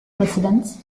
residents